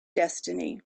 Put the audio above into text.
destiny